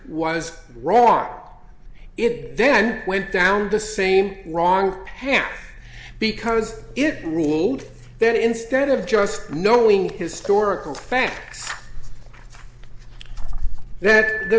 was wrong it then went down the same wrong pam because it ruled that instead of just knowing historical facts that the